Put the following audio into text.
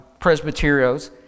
Presbyterios